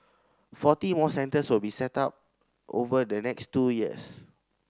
forty more centres will be set up over the next two years